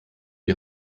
die